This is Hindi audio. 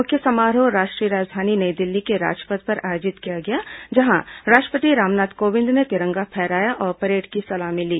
मुख्य समारोह राष्ट्रीय राजधानी नई दिल्ली के राजपथ पर आयोजित किया गया जहां राष्ट्रपति रामनाथ कोविंद ने तिरंगा फहराया और परेड की सलामी ली